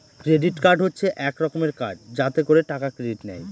credit card হচ্ছে এক রকমের কার্ড যাতে করে টাকা ক্রেডিট নেয়